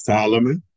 Solomon